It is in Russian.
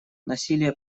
насилие